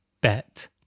bet